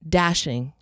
dashing